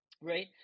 Right